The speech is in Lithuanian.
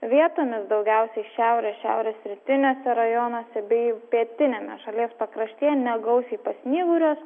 vietomis daugiausiai šiaurės šiaurės rytiniuose rajonuose bei pietiniame šalies pakrašty negausiai pasnyguriuos